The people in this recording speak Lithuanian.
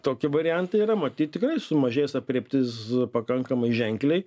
tokie variantai yra matyt tikrai sumažės aprėptis pakankamai ženkliai